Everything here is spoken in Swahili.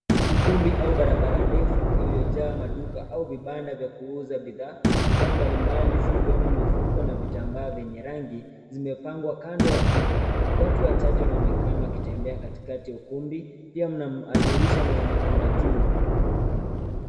Ukumbi au barabara ndefu iliyojaa maduka au vibanda vya kuuza bidhaa. Bidhaa mbalimbali zikiwemo mifuko na vitambaa vyenye rangi zimepangwa kando ya kuta. Watu wachache wanaonekana wakitembea katikati ya ukumbi. Pia mna madirisha yanaonekana juu.